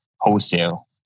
wholesale